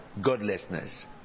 Godlessness